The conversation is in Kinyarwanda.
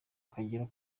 kagira